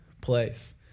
place